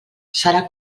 serà